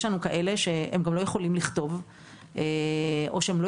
יש לנו כאלה שהם גם לא יכולים לכתוב או שהם לא